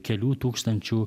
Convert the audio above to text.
kelių tūkstančių